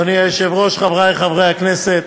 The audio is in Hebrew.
אדוני היושב-ראש, חברי חברי הכנסת,